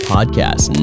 Podcast